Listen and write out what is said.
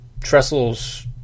trestles